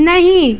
नहीं